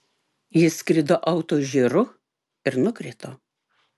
jis skrido autožyru ir nukrito